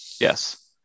Yes